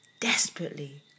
desperately